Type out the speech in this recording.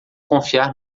confiar